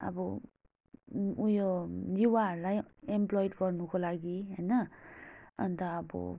अब उयो युवाहरूलाई एम्प्लोइड गर्नुको लागि होइन अन्त अब